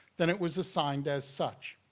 then it was assigned as such.